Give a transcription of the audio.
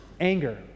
Anger